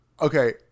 Okay